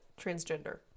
transgender